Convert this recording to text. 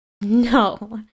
No